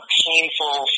painful